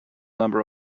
number